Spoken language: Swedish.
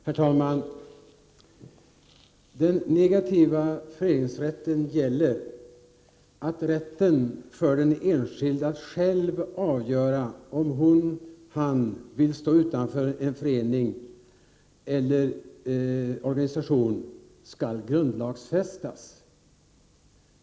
Herr talman! Debatten om den negativa föreningsrätten gäller kravet att rätten för den enskilde att själv avgöra om han eller hon skall stå utanför en förening eller organisation skall grundlagfästas.